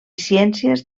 ciències